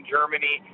Germany